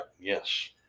yes